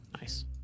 Nice